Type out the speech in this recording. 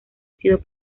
sido